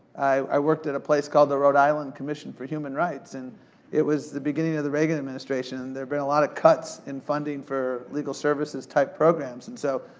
i worked at a place called the rhode island commission for human rights. and it was the beginning of the regan administration. there had been a lot of cuts in funding for legal-services type programs. and so,